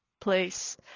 place